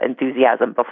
enthusiasm